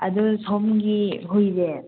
ꯑꯗꯨ ꯁꯣꯝꯒꯤ ꯍꯨꯏꯁꯦ